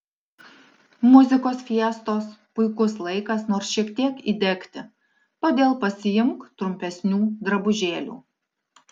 muzikos fiestos puikus laikas nors šiek tiek įdegti todėl pasiimk trumpesnių drabužėlių